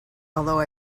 although